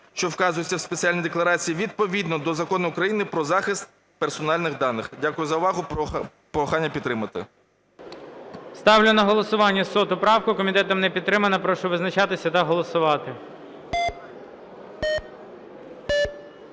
що вказується у спеціальній декларації, відповідно до Закону України "Про захист персональних даних". Дякую за увагу. Прохання підтримати. ГОЛОВУЮЧИЙ. Ставлю на голосування правку 100. Комітетом не підтримана. Прошу визначатися та голосувати.